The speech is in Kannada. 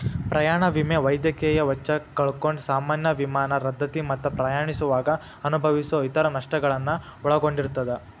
ಪ್ರಯಾಣ ವಿಮೆ ವೈದ್ಯಕೇಯ ವೆಚ್ಚ ಕಳ್ಕೊಂಡ್ ಸಾಮಾನ್ಯ ವಿಮಾನ ರದ್ದತಿ ಮತ್ತ ಪ್ರಯಾಣಿಸುವಾಗ ಅನುಭವಿಸೊ ಇತರ ನಷ್ಟಗಳನ್ನ ಒಳಗೊಂಡಿರ್ತದ